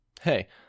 Hey